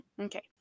Okay